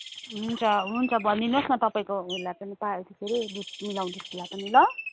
हुन्छ हुन्छ भनिदिनुहोस् न तपाईँको उसलाई पनि पा के अरे दुध मिलाउने उसलाई पनि ल